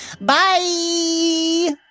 Bye